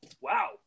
wow